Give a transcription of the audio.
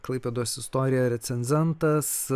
klaipėdos istorija recenzentas